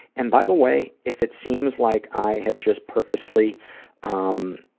and by the way, if it seems like i have just purposely um,